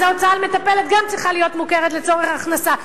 אז ההוצאה על מטפלת גם צריכה להיות מוכרת לצורך מס הכנסה.